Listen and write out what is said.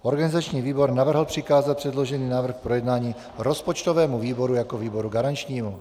Organizační výbor navrhl přikázat předložený návrh k projednání rozpočtovému výboru jako výboru jako výboru garančnímu.